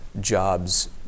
jobs